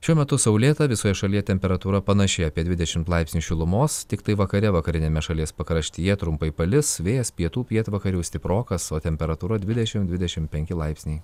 šiuo metu saulėta visoje šalyje temperatūra panaši apie dvidešim laipsnių šilumos tiktai vakare vakariniame šalies pakraštyje trumpai palis vėjas pietų pietvakarių stiprokas o temperatūra dvidešim dvidešim penki laipsniai